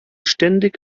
ständig